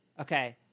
okay